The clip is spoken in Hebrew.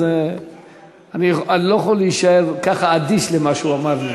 אז אני לא יכול להישאר ככה אדיש למה שהוא אמר.